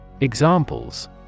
Examples